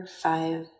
Five